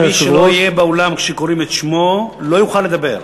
מי שלא יהיה באולם כשקוראים את שמו לא יוכל לדבר.